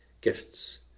gifts